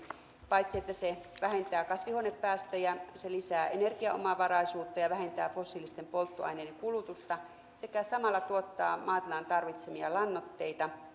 paitsi että se vähentää kasvihuonepäästöjä se lisää energiaomavaraisuutta ja vähentää fossiilisten polttoaineiden kulutusta sekä samalla tuottaa maatilan tarvitsemia lannoitteita